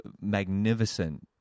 magnificent